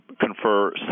confer